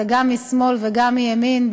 זה גם משמאל וגם מימין,